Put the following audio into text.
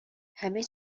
همه